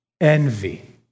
envy